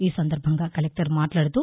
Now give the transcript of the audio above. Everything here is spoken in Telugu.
ఈ సందర్బంగా కలెక్టర్ మాట్లాడుతూ